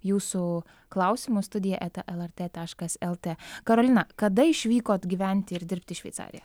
jūsų klausimų studija eta lrt taškas lt karolina kada išvykot gyventi ir dirbti į šveicariją